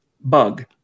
bug